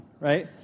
right